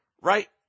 right